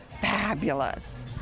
fabulous